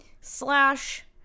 slash